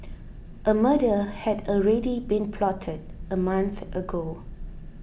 a murder had already been plotted a month ago